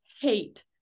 hate